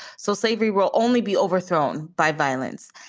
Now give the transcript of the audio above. so slavery will only be overthrown by violence.